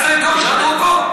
מה, התייעצת איתו, שאלת אותו?